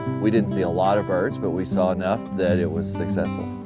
we didn't see a lot of birds, but we saw enough that it was successful.